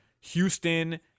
Houston